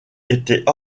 était